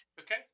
Okay